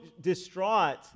distraught